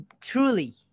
truly